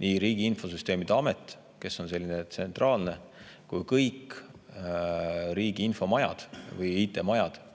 nii Riigi Infosüsteemi Amet, kes on selline tsentraalne asutus, kui ka kõik riigi infomajad ehk IT-majad,